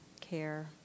care